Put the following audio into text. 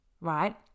Right